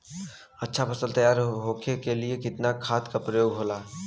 अच्छा फसल तैयार होके के लिए कितना खाद के प्रयोग होला?